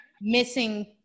missing